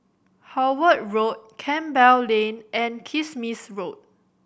Howard Road Campbell Lane and Kismis Road